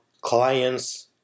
clients